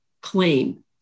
claim